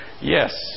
Yes